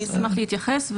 אני אשמח להתייחס,